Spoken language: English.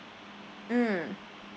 mm